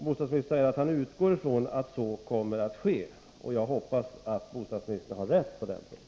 Bostadsministern säger att han utgår ifrån att så kommer att ske, och jag hoppas att bostadsministern har rätt på den punkten.